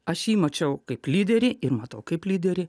aš jį mačiau kaip lyderį ir matau kaip lyderį